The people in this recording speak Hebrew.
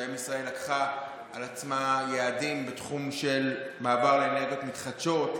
שבהם ישראל לקחה על עצמה יעדים בתחום של מעבר לאנרגיות מתחדשות,